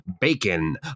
bacon